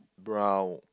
brown